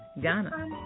Ghana